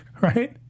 right